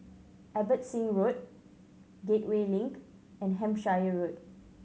Abbotsingh Road Gateway Link and Hampshire Road